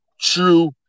true